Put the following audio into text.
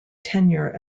tenure